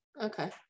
Okay